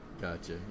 Gotcha